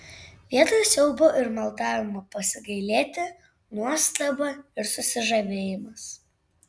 vietoj siaubo ir maldavimo pasigailėti nuostaba ir susižavėjimas